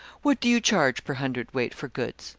what do you charge per hundred-weight for goods?